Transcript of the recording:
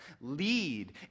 lead